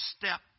step